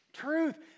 Truth